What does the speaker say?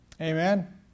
Amen